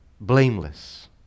blameless